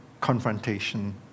confrontation